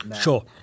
Sure